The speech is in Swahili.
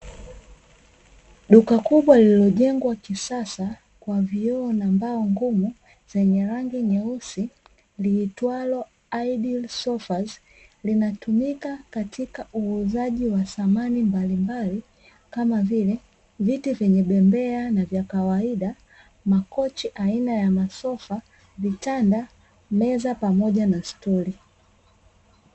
Duka kubwa lililojengwa kiasasa kwa vioo na mbao kubwa zenye rangi nyeusi, liitwalo "Ideal sofas" linatumika katika uuzaji wa samani mbalimbali kama vile viti venye bembea na vya kawaida makochi aina ya masofa vitanda meza pamoja na stuli.